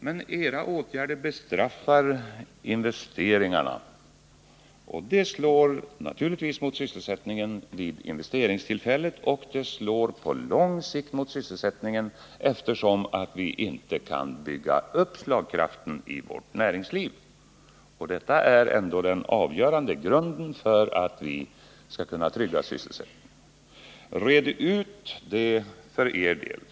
Men de åtgärder ni föreslår bestraffar investeringarna. Det slår naturligtvis mot sysselsättningen vid investeringstillfället, och det slår på lång sikt mot sysselsättningen eftersom vi inte kan bygga upp slagkraften i vårt näringsliv. Ökade investeringar är ändå den avgörande grunden för att vi skall kunna trygga sysselsättningen. Red ut det för er del.